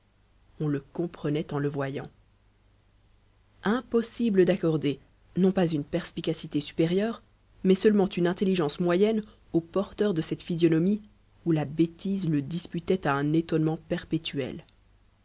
on le comprenait en le voyant impossible d'accorder non pas une perspicacité supérieure mais seulement une intelligence moyenne au porteur de cette physionomie où la bêtise le disputait à un étonnement perpétuel